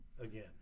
again